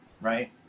right